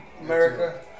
America